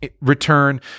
Return